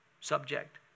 subject